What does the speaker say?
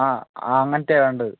ആ അങ്ങനത്തെയാണ് വേണ്ടത്